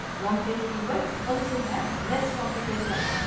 long tail keywords also have less competition.